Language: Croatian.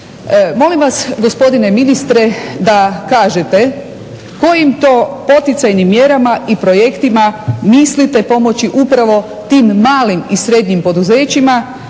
Molim vas gospodine ministre da kažete kojim to poticajnim mjerama i projektima mislite pomoći upravo tim malim i srednjim poduzećima,